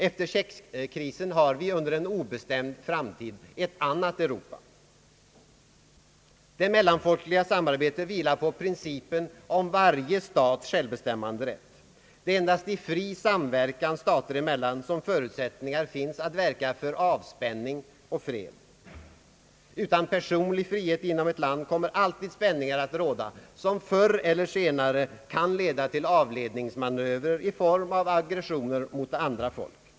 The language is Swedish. Efter tjeckkrisen har vi under en obestämd framtid ett annat Europa. Det mellanfolkliga samarbetet vilar på principen om varje stats självbestämmanderätt. Det är endast i fri samverkan stater emellan som förutsättningar finns att verka för avspänning och fred. Utan personlig frihet inom ett land kommer alltid spänningar att råda som förr eller senare kan leda till avledningsmanövrer i form av aggressioner mot andra folk.